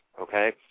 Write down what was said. okay